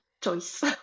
choice